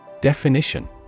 Definition